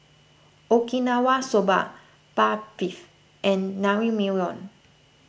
Okinawa Soba and Naengmyeon